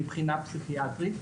מבחינה פסיכיאטרית,